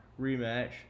rematch